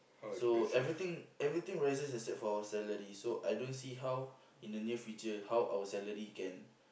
so everything everything rises except for our salary so I don't see how in the near future how our salary can